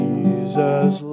Jesus